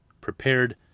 prepared